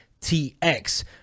TX